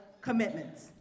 commitments